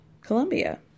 Colombia